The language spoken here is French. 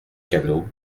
canot